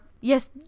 Yes